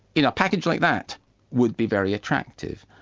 you know a package like that would be very attractive.